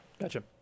Gotcha